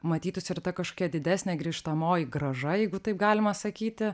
matytųsi ir ta kažkokia didesnė grįžtamoji grąža jeigu taip galima sakyti